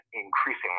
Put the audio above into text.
increasingly